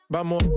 Vamos